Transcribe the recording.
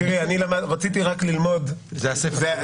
תראי, אני רק רציתי ללמוד --- זה הספר שלו.